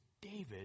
David